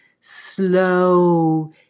slow